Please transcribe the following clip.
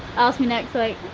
ask me next week.